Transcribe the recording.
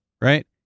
right